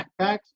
backpacks